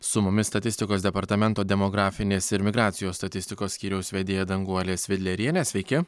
su mumis statistikos departamento demografinės ir migracijos statistikos skyriaus vedėja danguolė svidlerienė sveiki